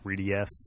3DS